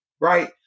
right